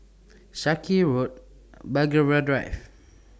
Sarkies Road Belgravia Drive